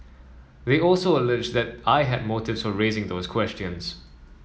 they also alleged that I had motives for raising those questions